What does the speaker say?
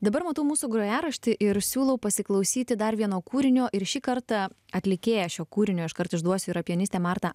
dabar matau mūsų grojaraštį ir siūlau pasiklausyti dar vieno kūrinio ir šį kartą atlikėja šio kūrinio iškart išduosiu yra pianistė marta